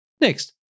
Next